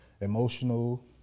emotional